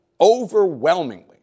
overwhelmingly